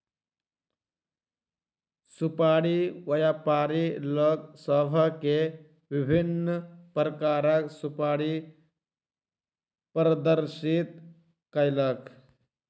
सुपाड़ी व्यापारी लोक सभ के विभिन्न प्रकारक सुपाड़ी प्रदर्शित कयलक